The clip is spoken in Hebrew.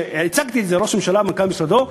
כשהצגתי את זה לראש הממשלה ולמנכ"ל משרדו,